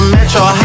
Metro